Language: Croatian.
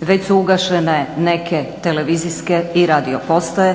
već su ugašene neke televizijske i radio postaje,